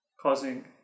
causing